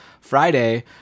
Friday